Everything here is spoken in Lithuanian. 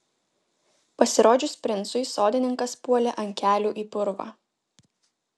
pasirodžius princui sodininkas puolė ant kelių į purvą